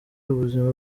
ubuzima